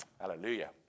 Hallelujah